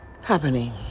happening